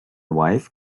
wife